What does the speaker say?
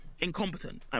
incompetent